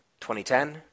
2010